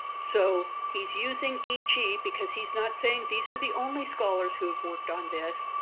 so he's using e g. because he's not saying these are the only scholars who have worked on this,